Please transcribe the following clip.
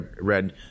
read